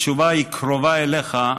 התשובה קרובה אליך.